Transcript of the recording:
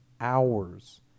hours